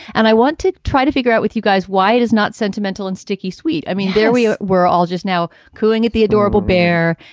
and i want to try to figure out with you guys why it is not sentimental and sticky sweet. i mean, there we are. we're all just now calling it the adorable bear.